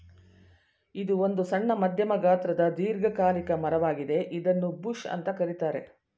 ಇದು ಒಂದು ಸಣ್ಣ ಮಧ್ಯಮ ಗಾತ್ರದ ದೀರ್ಘಕಾಲಿಕ ಮರ ವಾಗಿದೆ ಇದನ್ನೂ ಬುಷ್ ಅಂತ ಕರೀತಾರೆ